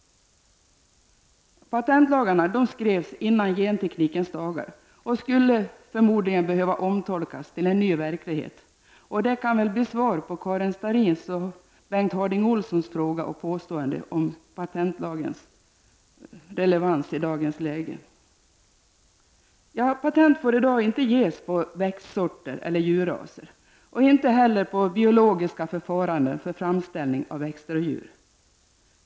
Patentlagarna skrevs före genteknikens dagar och skulle förmodligen behöva omtolkas till en ny verklighet. Detta kan bli svar på Karin Starrins och Bengt Harding Olsons frågor om patentlagens relevans i dagens läge. Patent får i dag inte ges på växtsorter eller djurraser och inte heller på biologiska förfaranden för framställning av växter eller djur.